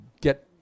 get